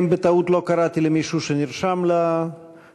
האם בטעות לא קראתי למישהו שנרשם לנאומים?